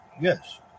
yes